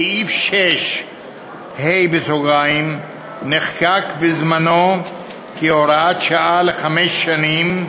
סעיף 6(ה) נחקק בזמנו כהוראת שעה לחמש שנים,